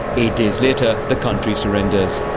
eight days later, the country surrenders.